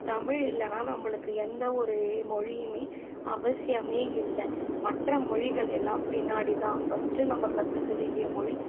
தமிழ் இல்லைனா நம்மளுக்கு எந்த ஒரு மொழியுமே அவசியம் இல்லை மற்ற மொழிகள் எல்லாம் பின்னாடி தான் ஃபஸ்ட்டு நம்ம கற்றுக்க வேண்டிய மொழி